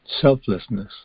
selflessness